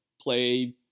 play